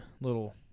Little